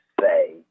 say